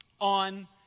on